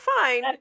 fine